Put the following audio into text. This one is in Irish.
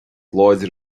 láidir